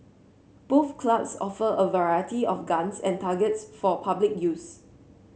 both clubs offer a variety of guns and targets for public use